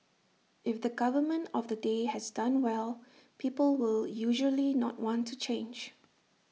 if the government of the day has done well people will usually not want to change